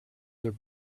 their